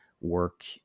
work